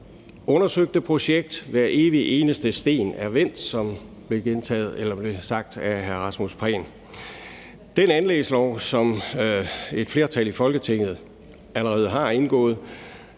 undersøgte projekt. Hver evig eneste sten er vendt, som det blev sagt af hr. Rasmus Prehn. Den anlægslov, som et flertal i Folketinget allerede har indgået,